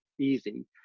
easy